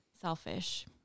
selfish